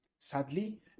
Sadly